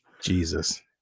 Jesus